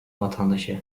vatandaşı